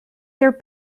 their